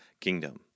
kingdom